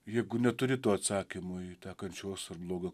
jeigu neturi to atsakymo į tą kančios ir blogio